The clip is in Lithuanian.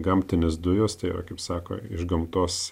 gamtinės dujos tai kaip sako iš gamtos